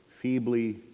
feebly